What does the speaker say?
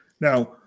now